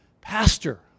Pastor